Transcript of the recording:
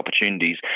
opportunities